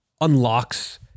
unlocks